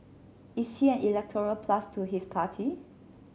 is he an electoral plus to his party